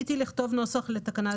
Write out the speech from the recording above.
ניסיתי לכתוב נוסח לתקנה.